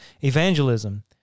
evangelism